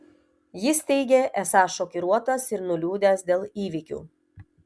jis teigė esąs šokiruotas ir nuliūdęs dėl įvykių